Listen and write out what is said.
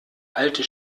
alte